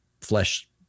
flesh